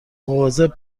مواظب